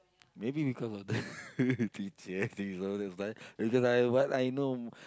maybe because of the because I what I know